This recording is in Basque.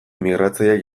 migratzaileak